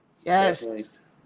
yes